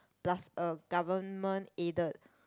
plus a government aided